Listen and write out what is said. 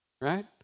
Right